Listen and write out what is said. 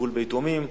טיפול ביתומים.